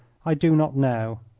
i do not know.